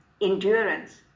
endurance